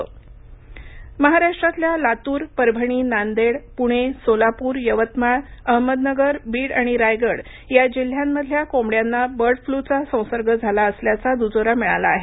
bird flu महाराष्ट्रातल्या लातूर परभणी नांदेड पुणे सोलापूर यवतमाळ अहमदनगर बीड आणि रायगड या जिल्ह्यामधल्या कोंबङ्यांना बर्ड फ्लूचा संसर्ग झाला असल्याचा दुजोरा मिळाला आहे